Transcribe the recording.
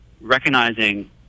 recognizing